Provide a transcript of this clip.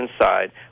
inside